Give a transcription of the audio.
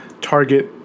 target